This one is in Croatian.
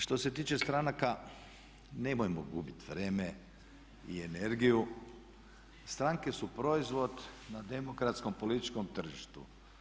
Što se tiče stranaka nemojmo gubiti vrijeme i energiju, stranke su proizvod na demokratskom političkom tržištu.